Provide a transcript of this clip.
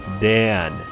Dan